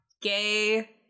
gay